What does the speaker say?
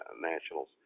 Nationals